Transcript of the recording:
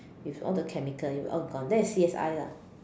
with all the chemical it will all gone that is C_S_I lah